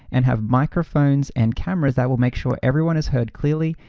and have microphones and cameras that will make sure everyone is heard clearly,